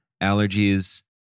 allergies